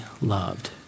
loved